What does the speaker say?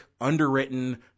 underwritten